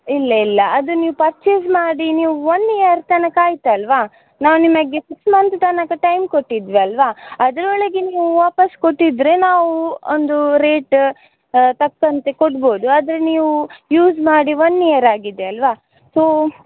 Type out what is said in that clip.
ಇಲ್ಲ ಇಲ್ಲ ಅದು ನೀವು ಪರ್ಚೇಸ್ ಮಾಡಿ ನೀವು ಒನ್ ಇಯರ್ ತನಕ ಆಯಿತಲ್ವಾ ನಾವು ನಿಮಗೆ ಸಿಕ್ಸ್ ಮಂತ್ ತನಕ ಟೈಮ್ ಕೊಟ್ಟಿದ್ವಿ ಅಲ್ಲವಾ ಅದರೊಳಗೆ ನೀವು ವಾಪಸ್ ಕೊಟ್ಟಿದ್ದರೆ ನಾವು ಒಂದು ರೇಟ್ ತಕ್ಕಂತೆ ಕೊಡ್ಬೋದು ಆದರೆ ನೀವು ಯೂಸ್ ಮಾಡಿ ಒನ್ ಇಯರ್ ಆಗಿದೆ ಅಲ್ಲವಾ ಸೋ